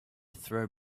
throw